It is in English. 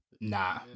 nah